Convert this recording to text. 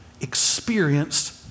experienced